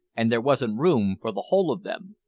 and there wasn't room for the whole of them.